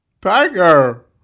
Tiger